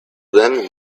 then